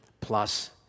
plus